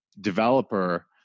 developer